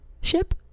ship